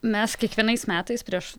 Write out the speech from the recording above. mes kiekvienais metais prieš